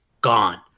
gone